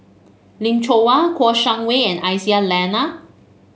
Lim Chong Kouo Shang Wei and Aisyah Lyana